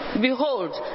Behold